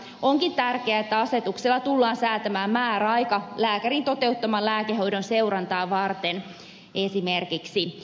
onkin tärkeää että asetuksella tullaan säätämään määräaika lääkärin toteuttaman lääkehoidon seurantaa varten esimerkiksi